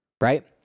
right